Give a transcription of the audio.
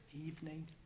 evening